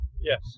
Yes